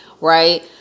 right